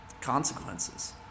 consequences